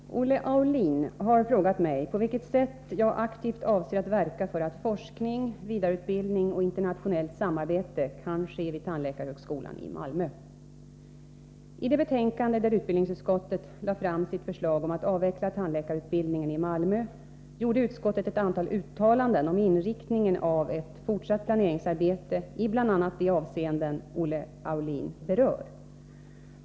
Herr talman! Olle Aulin har frågat mig på vilket sätt jag aktivt avser att verka för att forskning, vidareutbildning och internationellt samarbete kan ske vid tandläkarhögskolan i Malmö. I det betänkande där utbildningsutskottet lade fram sitt förslag om att avveckla tandläkarutbildningen i Malmö gjorde utskottet ett antal uttalanden om inriktningen av ett fortsatt planeringsarbete i bl.a. de avseenden Olle Aulin berör.